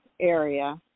area